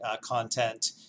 content